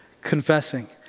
confessing